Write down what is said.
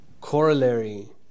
corollary